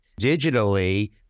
digitally